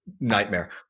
nightmare